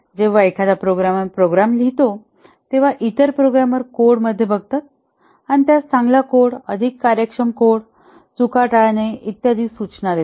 जेव्हा एखादा programmer program लिहितो तेव्हा इतर प्रोग्रामर कोड मध्ये बघतात आणि त्यास चांगला कोड अधिक कार्यक्षम कोड चुका टाळणे इत्यादी सूचना देतात